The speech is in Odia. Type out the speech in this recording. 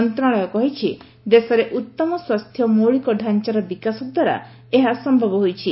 ମନ୍ତ୍ରଣାଳୟ କହିଛି ଦେଶରେ ଉତ୍ତମ ସ୍ୱାସ୍ଥ୍ୟ ମୌଳିକ ଡ଼ାଞ୍ଚାର ବିକାଶ ଦ୍ୱାରା ଏହା ସମ୍ଭବ ହୋଇଛି